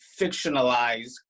fictionalized